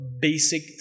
basic